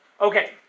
Okay